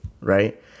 right